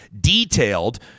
detailed